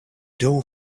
door